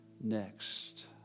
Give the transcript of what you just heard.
next